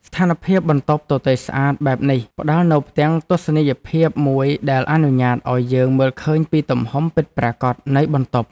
ស្ថានភាពបន្ទប់ទទេរស្អាតបែបនេះផ្ដល់នូវផ្ទាំងទស្សនីយភាពមួយដែលអនុញ្ញាតឱ្យយើងមើលឃើញពីទំហំពិតប្រាកដនៃបន្ទប់។